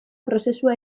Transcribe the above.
prozesua